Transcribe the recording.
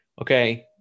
Okay